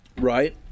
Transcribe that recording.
right